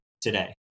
today